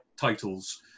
titles